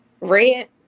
red